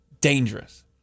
dangerous